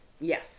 yes